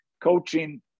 coaching